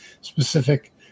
specific